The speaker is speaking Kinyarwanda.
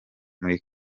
muri